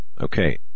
okay